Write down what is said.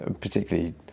particularly